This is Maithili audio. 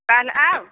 काल्हि आयब